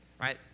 Right